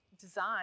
design